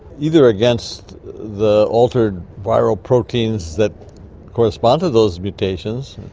either against the altered viral proteins that correspond to those mutations,